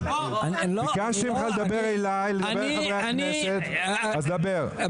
אחרי חברי הכנסת את הראשונה לדבר בסדר?